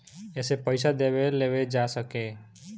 एसे पइसा देवे लेवे जा सके